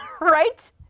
right